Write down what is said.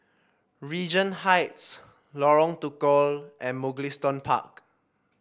Regent Heights Lorong Tukol and Mugliston Park